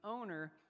owner